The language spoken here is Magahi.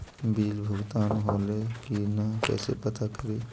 बिल भुगतान होले की न कैसे पता करी?